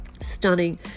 stunning